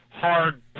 hard